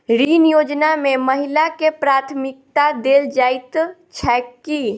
ऋण योजना मे महिलाकेँ प्राथमिकता देल जाइत छैक की?